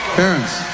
parents